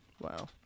Wow